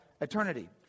eternity